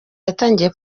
yatangiye